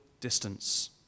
distance